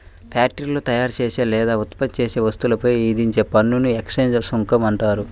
ఫ్యాక్టరీలో తయారుచేసే లేదా ఉత్పత్తి చేసే వస్తువులపై విధించే పన్నుని ఎక్సైజ్ సుంకం అంటారు